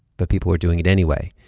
but people are doing it anyway.